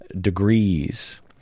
degrees